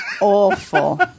awful